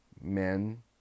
men